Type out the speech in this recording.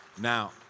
Now